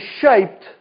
shaped